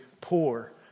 poor